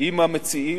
עם המציעים,